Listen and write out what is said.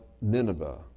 Nineveh